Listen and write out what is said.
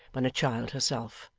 when a child herself.